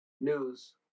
news